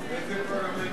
באיזה פרלמנט לא?